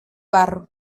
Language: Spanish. barro